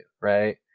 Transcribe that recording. right